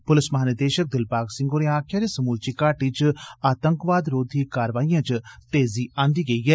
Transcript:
पुलस महानिदेशक दिलबाग सिंह होरें आकखेआ ऐ जे समूलची घाटी च आतंकवाद रोधी कारवाइएं च तेजी आंदी गेई ऐ